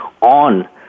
on